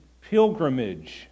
pilgrimage